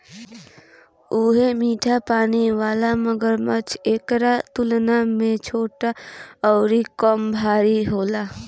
उहे मीठा पानी वाला मगरमच्छ एकरा तुलना में छोट अउरी कम भारी होला